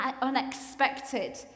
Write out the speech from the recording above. unexpected